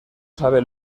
sabe